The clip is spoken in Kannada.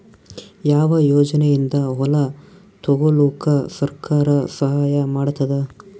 ಯಾವ ಯೋಜನೆಯಿಂದ ಹೊಲ ತೊಗೊಲುಕ ಸರ್ಕಾರ ಸಹಾಯ ಮಾಡತಾದ?